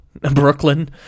Brooklyn